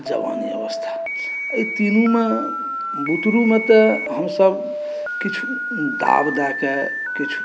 आ जवानी अवस्था एहि तीनूमे बुतरूमे तऽ हमसभ किछु दाब दए कऽ किछु